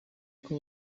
uko